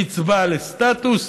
קצבה, לסטטוס,